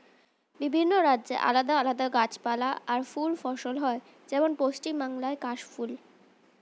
বিভিন্ন রাজ্যে আলাদা আলাদা গাছপালা আর ফুল ফসল হয়, যেমন পশ্চিম বাংলায় কাশ ফুল